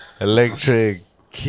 Electric